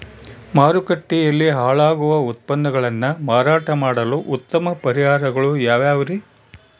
ಮಾರುಕಟ್ಟೆಯಲ್ಲಿ ಹಾಳಾಗುವ ಉತ್ಪನ್ನಗಳನ್ನ ಮಾರಾಟ ಮಾಡಲು ಉತ್ತಮ ಪರಿಹಾರಗಳು ಯಾವ್ಯಾವುರಿ?